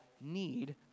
need